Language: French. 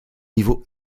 niveau